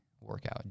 workout